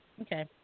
Okay